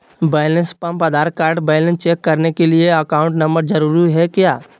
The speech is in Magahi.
Balance pump Aadhaar card balance check करने के लिए अकाउंट नंबर जरूरी है क्या?